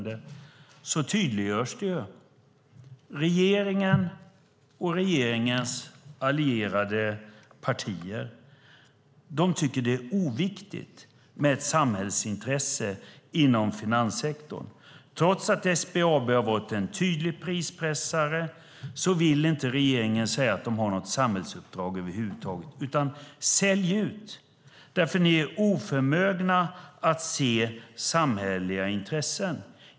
Det tydliggörs att regeringen, dess allierade partier, tycker att det är oviktigt med ett samhällsintresse inom finanssektorn. Trots att SBAB har varit en tydlig prispressare vill inte ni i regeringen säga att denna bank har något samhällsuppdrag över huvud taget - sälj ut bara! Ni är oförmögna att se samhälleliga intressen.